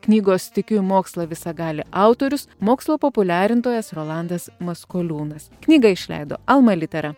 knygos tikiu mokslą visagalė autorius mokslo populiarintojas rolandas maskoliūnas knygą išleido alma litera